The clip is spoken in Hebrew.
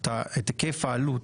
את היקף העלות,